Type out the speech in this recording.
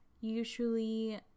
Usually